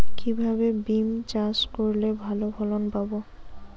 কিভাবে বিম চাষ করলে ভালো ফলন পাব?